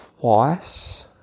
twice